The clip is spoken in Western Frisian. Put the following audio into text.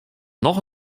noch